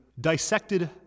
dissected